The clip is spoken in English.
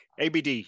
ABD